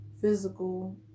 physical